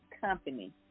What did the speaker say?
company